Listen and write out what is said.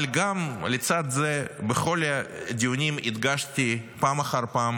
אבל גם לצד זה, בכל הדיונים הדגשתי פעם אחר פעם